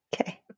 Okay